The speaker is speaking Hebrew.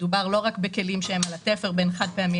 מדובר לא רק בכלים שהם על התפר בין חד-פעמי